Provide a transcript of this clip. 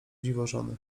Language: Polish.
dziwożony